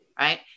right